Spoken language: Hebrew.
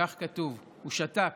הוא שתק,